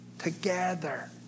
together